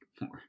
more